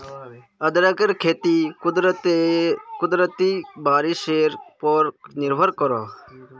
अदरकेर खेती कुदरती बारिशेर पोर निर्भर करोह